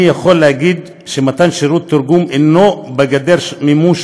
אני יכול להגיד שמתן שירות תרגום אינו בגדר מימוש